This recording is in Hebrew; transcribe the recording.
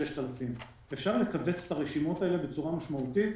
אפשר לקצץ את הרשימות האלו בצורה משמעותית.